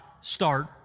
start